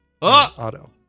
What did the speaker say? Auto